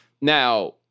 Now